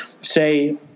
say